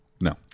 No